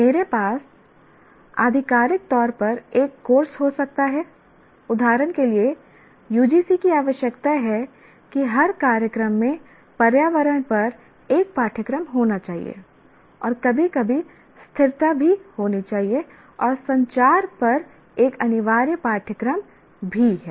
मेरे पास आधिकारिक तौर पर एक कोर्स हो सकता है उदाहरण के लिए UGC की आवश्यकता है कि हर कार्यक्रम में पर्यावरण पर एक पाठ्यक्रम होना चाहिए और कभी कभी स्थिरता भी होनी चाहिए और संचार पर एक अनिवार्य पाठ्यक्रम भी है